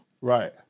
Right